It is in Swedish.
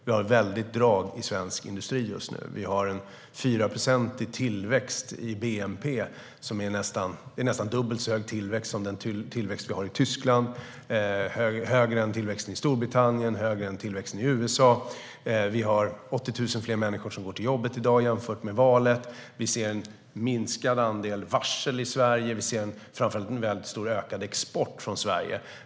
Vi har ett väldigt drag i svensk industri just nu. Vi har en fyraprocentig tillväxt i bnp, nästan dubbelt så hög som tillväxten i Tyskland, högre än tillväxten i Storbritannien och i USA. Vi har 80 000 fler människor som går till jobbet i dag jämfört med vid valet. Vi ser en minskad andel varsel i Sverige. Vi ser framför allt en stor ökad export från Sverige.